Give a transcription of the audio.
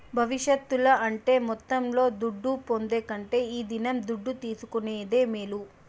భవిష్యత్తుల అంటే మొత్తంలో దుడ్డు పొందే కంటే ఈ దినం దుడ్డు తీసుకునేదే మేలు